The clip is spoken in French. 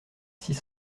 six